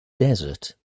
desert